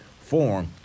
form